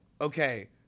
Okay